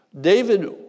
David